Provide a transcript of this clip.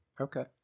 Okay